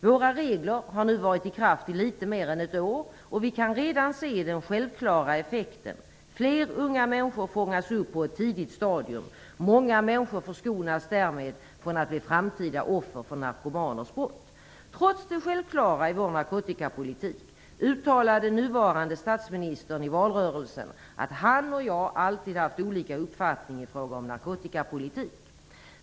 Våra regler har nu varit i kraft i litet mer än ett år, och vi kan redan se den självklara effekten - fler unga människor fångas upp på ett tidigt stadium. Många människor förskonas därmed från att bli framtida offer för narkomaners brott. Trots det självklara i vår narkotikapolitik uttalade den nuvarande statsministern i valrörelsen, att han och jag alltid har haft olika uppfattning i fråga om narkotikapolitik.